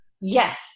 Yes